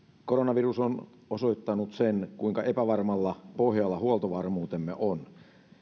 koronavirus on osoittanut sen kuinka epävarmalla pohjalla huoltovarmuutemme on